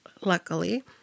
luckily